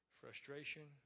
frustration